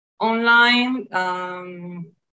Online